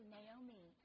Naomi